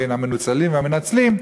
בין המנוצלים והמנצלים,